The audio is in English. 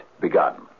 begun